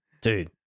Dude